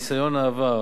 מניסיון העבר,